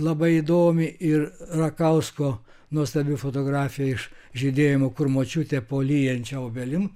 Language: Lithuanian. labai įdomiai ir rakausko nuostabi fotografija iš žydėjimo kur močiutė po lyjančia obelim